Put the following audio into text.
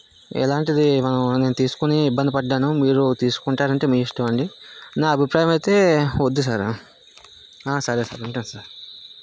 ఇలాంటిది మనం నేను తీసుకుని ఇబ్బంది పడ్డాను మీరు తీసుకుంటాను అంటే మీ ఇష్టం అండి నా అభిప్రాయం అయితే వద్దు సారు సరే సార్ ఉంటాను సార్